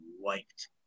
wiped